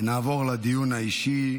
נעבור לדיון האישי.